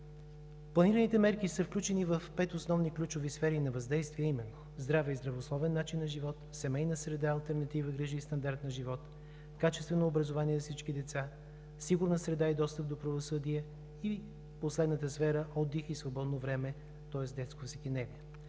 Планираните мерки са включени в пет основни ключови сфери на въздействие, а именно: здраве и здравословен начин на живот; семейна среда – алтернативни грижи и стандарт на живот; качествено образование за всички деца; сигурна среда и достъп до правосъдие; и последната сфера – отдих и свободно време, тоест детското всекидневие.